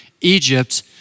Egypt